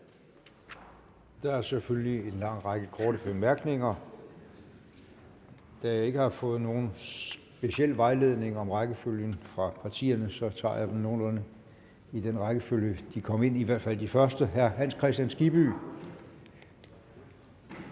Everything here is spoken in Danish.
Der er selvfølgelig en lang række korte bemærkninger. Da jeg ikke har fået nogen speciel vejledning om rækkefølgen fra partierne, tager jeg dem nogenlunde i den rækkefølge, de kom ind, i hvert fald de første. Hr. Hans Kristian Skibby.